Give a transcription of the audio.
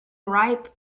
ripe